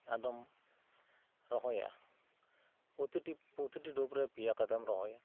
ᱟᱫᱚᱢ ᱨᱚᱦᱚᱭᱟ ᱯᱩᱛᱤᱴᱤ ᱯᱩᱛᱤᱴᱤ ᱰᱩᱵ ᱨᱮ ᱯᱮᱭᱟ ᱠᱟᱛᱮᱢ ᱨᱚᱦᱚᱭᱟ